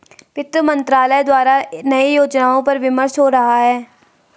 वित्त मंत्रालय द्वारा नए योजनाओं पर विमर्श हो रहा है